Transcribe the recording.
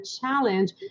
challenge